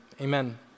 Amen